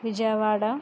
Vijayawada